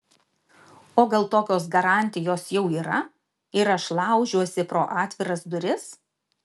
o gal tokios garantijos jau yra ir aš laužiuosi pro atviras duris